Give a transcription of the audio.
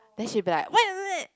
then she will be like why you do that